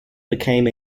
became